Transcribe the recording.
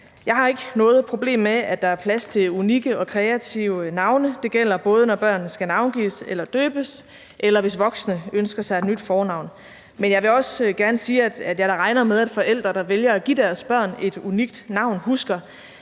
Jeg har ikke noget problem med, at der er plads til unikke og kreative navne. Det gælder både, når børnene skal navngives eller døbes, eller hvis voksne ønsker sig et nyt fornavn. Men jeg vil også gerne sige, at jeg da regner med, at forældre, der vælger at give deres børn et unikt navn, husker,